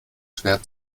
schwer